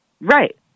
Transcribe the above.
Right